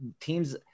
teams